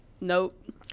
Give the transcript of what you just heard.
Nope